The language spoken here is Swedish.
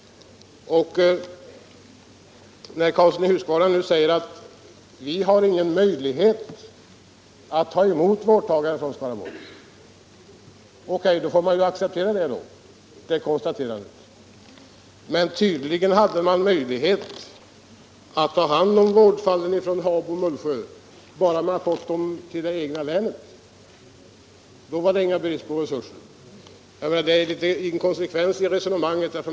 Herr Karlsson i Huskvarna säger: Vi har ingen möjlighet att ta emot vårdtagare från Skaraborg. O. K. då får man acceptera det konstaterandet. Men tydligen skulle det ha funnits möjlighet att ta hand om vårdfallen från Habo och Mullsjö bara området hade tillhört det egna länet. Då var det ingen brist på resurser. Det är en inkonsekvens i resonemanget.